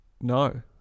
No